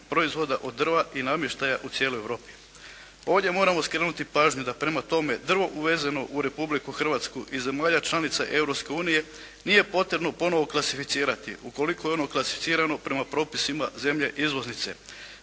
proizvode od drva i namještaja u cijeloj Europi. Ovdje moramo skrenuti pažnju da prema tome drvo uvezeno u Republiku Hrvatsku i zemalja članica Europske unije nije potrebno ponovno klasificirati, ukoliko je ono klasificirano prema propisima zemlje izvoznice.